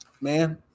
Man